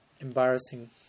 embarrassing